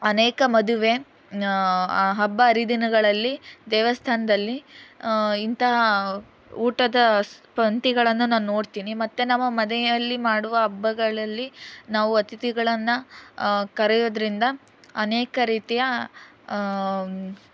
ಅನೇಕ ಮದುವೆ ಹಬ್ಬ ಹರಿದಿನಗಳಲ್ಲಿ ದೇವಸ್ಥಾನದಲ್ಲಿ ಇಂತಹ ಊಟದ ಸ ಪಂಕ್ತಿಗಳನ್ನು ನಾನು ನೋಡ್ತೀನಿ ಮತ್ತು ನಮ್ಮ ಮನೆಯಲ್ಲಿ ಮಾಡುವ ಹಬ್ಬಗಳಲ್ಲಿ ನಾವು ಅತಿಥಿಗಳನ್ನು ಕರೆಯೋದ್ರಿಂದ ಅನೇಕ ರೀತಿಯ